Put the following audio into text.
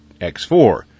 X4